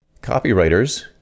Copywriters